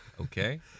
Okay